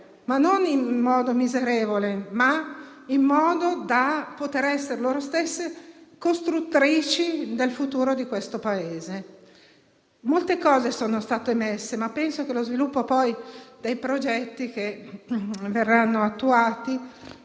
e non in modo miserevole, ma sì da poter essere loro stesse costruttrici del futuro del Paese. Molte cose sono state inserite nel Piano, ma penso che lo sviluppo dei progetti che verranno attuati